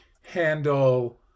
handle